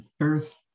earth